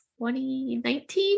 2019